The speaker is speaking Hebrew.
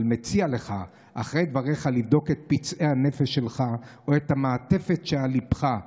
אבל מציע לך אחרי דבריך לבדוק את פצעי הנפש שלך או את המעטפת שעל ליבך.